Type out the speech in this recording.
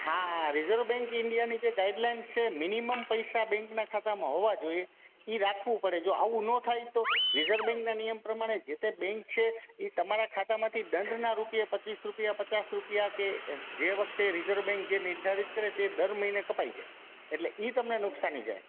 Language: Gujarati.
હા રિજર્વ બેન્ક ઇંડિયાની જે ગાઈડલાઈન્સ છે મિનિમમ પૈસા બેન્કનાં ખાતામાં હોવા જોઈએ એ રાખવું પડે જો આવું નો થાય તો રિઝર્વ બેન્કના નિયમ પ્રમાણે જે તે બેન્ક છે એ તમારા ખાતામાંથી દંડના રૂપિયા પચીસ રૂપિયા પચાસ રૂપિયા કે જે વખતે રિઝર્વ બેન્ક જે નિર્ધારિત કરે તે દર મહિને કપાઈ જાય એટલે એ તમને નુકસાની જાય